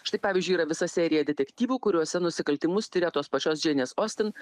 štai pavyzdžiui yra visa serija detektyvų kuriuose nusikaltimus tiria tos pačios džeinės ostin